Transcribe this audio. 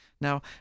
Now